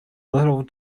little